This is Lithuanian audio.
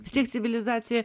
vis tiek civilizacija